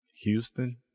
Houston